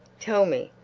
tell me,